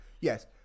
yes